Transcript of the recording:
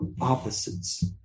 opposites